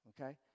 Okay